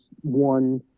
one